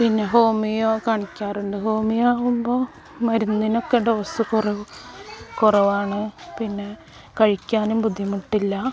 പിന്നെ ഹോമിയോ കാണിക്കാറുണ്ട് ഹോമിയോ ആകുമ്പോൾ മരുന്നിനൊക്കെ ഡോസ് കുറവാണ് പിന്നെ കഴിക്കാനും ബുദ്ധിമുട്ടില്ല